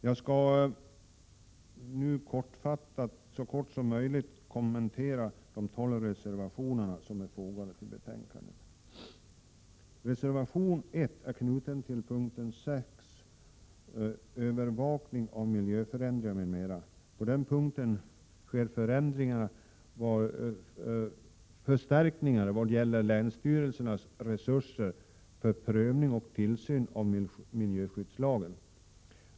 Jag skall så kort som möjligt kommentera de 12 reservationer som är Reservation 1 är knuten till punkt 6, Övervakning av miljöförändringar m.m. På den punkten sker förstärkningar vad gäller länsstyrelsernas resurser för prövning och tillsyn av miljöskyddslagen.